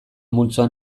multzoan